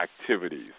activities